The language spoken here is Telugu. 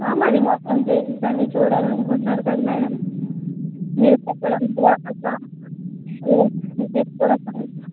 ఆ మరి మొత్తం ప్లేసెస్ అన్నీ చూడాలనుకుంటున్నారు కదా మేడం మీరు ఎక్కడ అంటే అక్కడ డ్రాప్ చేసి రూమ్ ఫెసిలిటీస్ కూడా ఇస్తాం